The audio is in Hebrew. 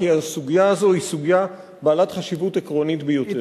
כי הסוגיה הזאת היא סוגיה בעלת חשיבות עקרונית ביותר.